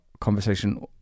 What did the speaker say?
conversation